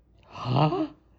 !huh!